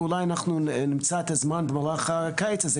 ואולי אנחנו נמצא את הזמן במהלך הקיץ הזה,